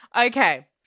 Okay